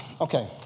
Okay